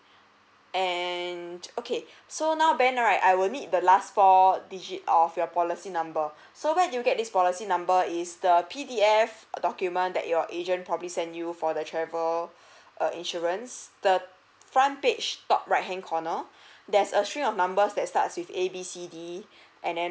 and okay so now ben right I will need the last four digit of your policy number so where you get this policy number is the P_D_F document that your agent probably send you for the travel err insurance the front page top right hand corner there's a string of numbers that starts with A B C D and then